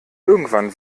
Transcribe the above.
irgendwann